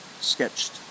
sketched